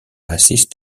assist